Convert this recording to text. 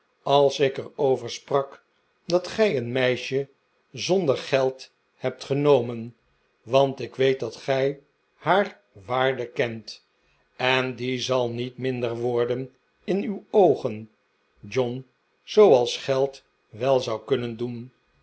als ik er over sprak dat gij een meisje zonder geldhebt genomen want ik weet dat gij haar waarde kent en die zal niet minder worden in uw oogen john zooals geld wel zou kunnen doen